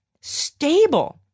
Stable